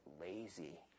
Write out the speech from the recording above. lazy